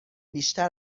بیشتر